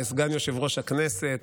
כסגן יושב-ראש הכנסת,